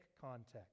context